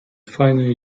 файної